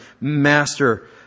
Master